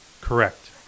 Correct